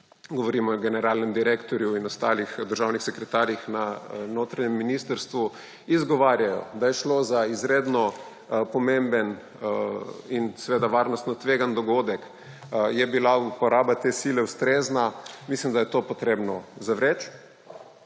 govorimo o generalnem direktorju in ostalih državnih sekretarjih na notranjem ministrstvu, izgovarjajo, da je šlo za izredno pomemben in seveda varnostno tvegan dogodek, je bila uporaba te sile ustrezna. Mislim, da je to potrebno zavreči.